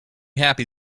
happy